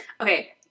Okay